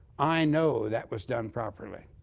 i know that was done properly.